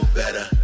better